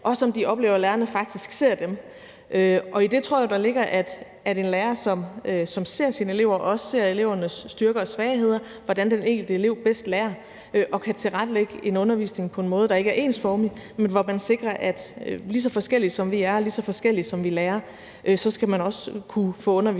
også, om de oplever, at lærerne faktisk ser dem. I det tror jeg ligger, at en lærer, som ser sine elever, også ser elevernes styrker og svagheder, hvordan den enkelte elev bedst lærer, og kan tilrettelægge en undervisning på en måde, der ikke er ensformig, men hvor man sikrer, at lige så forskellige som vi er, lige så forskelligt som vi lærer, skal man også kunne få undervisning